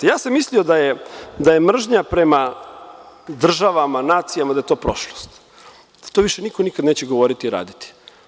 Mislio sam da je mržnja prema državama, nacijama, da je to prošlost, da to više nikada niko neće govoriti i uraditi.